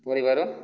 ପରିବାର